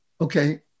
okay